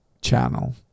channel